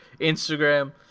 Instagram